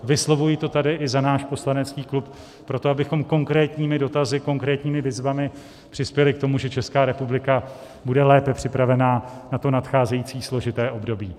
Vyslovuji to tady i za náš poslanecký klub proto, abychom konkrétními dotazy, konkrétními výzvami přispěli k tomu, že Česká republika bude lépe připravena na to nadcházející složité období.